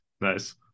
Nice